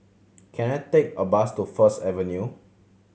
can I take a bus to First Avenue